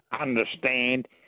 understand